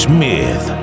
Smith